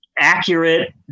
accurate